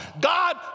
god